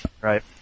Right